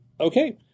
Okay